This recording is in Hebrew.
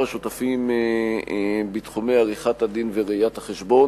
השותפים בתחומי עריכת-הדין וראיית-החשבון.